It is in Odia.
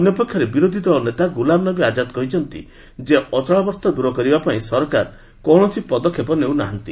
ଅନ୍ୟପକ୍ଷରେ ବିରୋଧୀଦଳ ନେତା ଗୁଲାମନବୀ ଆଜାଦ୍ କହିଛନ୍ତି ଯେ ଅଚଳାବସ୍ଥା ଦୂର କରିବା ପାଇଁ ସରକାର କୌଣସି ପଦକ୍ଷେପ ନେଉନାହାନ୍ତି